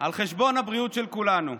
על חשבון הבריאות של כולנו.